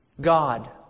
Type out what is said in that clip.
God